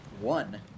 one